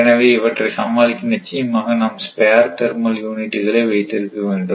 எனவே இவற்றை சமாளிக்க நிச்சயமாக நாம் ஸ்பேர் தெர்மல் யூனிட்டுகளை வைத்திருக்க வேண்டும்